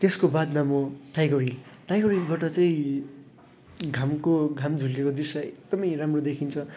त्यसको बादमा म टाइगर हिल टाइगर हिलबाट चाहिँ घामको घाम झुल्केको दृश्य एकदमै राम्रो देखिन्छ